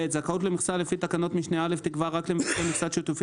זכאות למכסה לפי תקנת משנה (א) תקבע רק למבקש מכסה שיתופי